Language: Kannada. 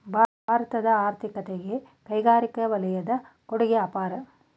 ಭಾರತದ ಆರ್ಥಿಕತೆಗೆ ಕೈಗಾರಿಕಾ ವಲಯದ ಕೊಡುಗೆ ಅಪಾರ